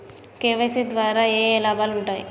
KYC ద్వారా ఏఏ లాభాలు ఉంటాయి?